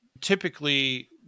Typically